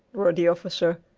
roared the officer,